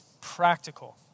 practical